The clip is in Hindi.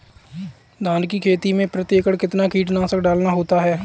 धान की खेती में प्रति एकड़ कितना कीटनाशक डालना होता है?